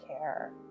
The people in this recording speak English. care